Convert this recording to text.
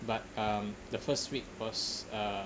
but um the first week first uh